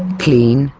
clean,